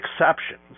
exceptions